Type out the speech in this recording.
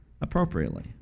appropriately